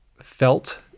felt